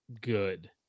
good